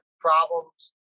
problems